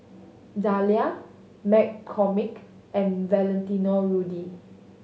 Zalia McCormick and Valentino Rudy